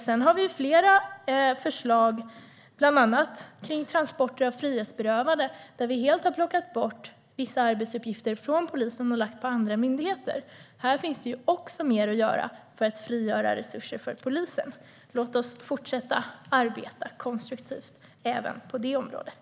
Sedan har vi flera förslag, bland annat kring transporter av frihetsberövade, där vi helt har plockat bort vissa arbetsuppgifter från polisen och lagt dem på andra myndigheter. Här finns det mer att göra för att frigöra resurser för polisen. Låt oss fortsätta att arbeta konstruktivt även på det området!